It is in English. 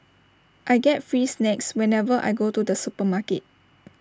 I get free snacks whenever I go to the supermarket